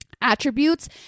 attributes